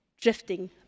drifting